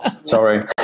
Sorry